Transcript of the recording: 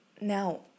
Now